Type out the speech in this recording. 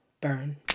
Burn